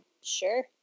Sure